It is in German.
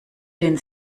den